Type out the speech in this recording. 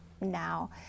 now